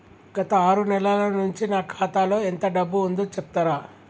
గత ఆరు నెలల నుంచి నా ఖాతా లో ఎంత డబ్బు ఉందో చెప్తరా?